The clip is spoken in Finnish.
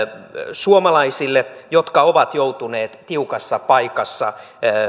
suomalaisille jotka ovat joutuneet tiukassa paikassa